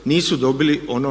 nismo dobili od